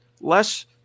less